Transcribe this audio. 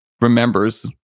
remembers